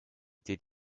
did